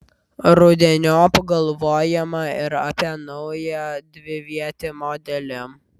rudeniop galvojama ir apie naują dvivietį modelį